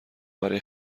برای